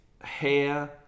hair